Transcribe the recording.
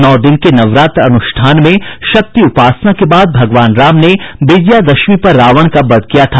नौ दिन के नवरात्र अनुष्ठान में शक्ति उपासना के बाद भगवान राम ने विजयदशमी पर रावण का वध किया था